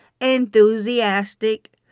enthusiastic